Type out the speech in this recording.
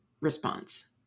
response